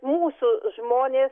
mūsų žmonė